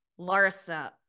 Larsa